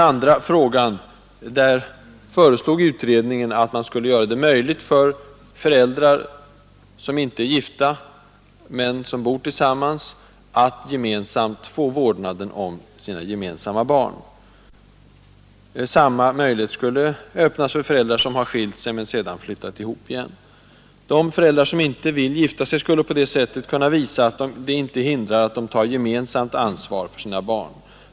Utredningen föreslog att man skulle göra det möjligt för föräldrar, som inte är gifta men som bor tillsammans, att gemensamt få vårdnaden om sina gemensamma barn. Samma möjlighet skulle öppnas för föräldrar som har skilt sig men sedan flyttat ihop igen. De föräldrar som inte vill gifta sig skulle på det sättet kunna visa att detta inte hindrar att de tar gemensamt ansvar för sina barn.